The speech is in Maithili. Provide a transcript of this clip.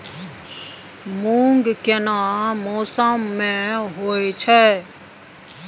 मूंग केना मौसम में होय छै?